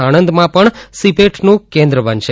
સાણંદમાં પણ સિપેટનું કેન્દ્ર બનશે